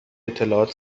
اطلاعات